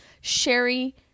Sherry